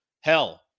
hell